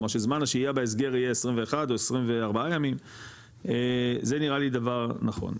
כלומר שזמן השהיה בהסגר יהיה 21 או 24 ימים זה נראה לי דבר נכון.